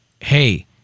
hey